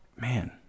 man